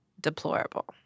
deplorable